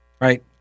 right